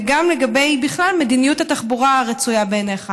וגם בכלל על מדיניות התחבורה הרצויה בעיניך.